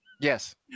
Yes